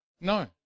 No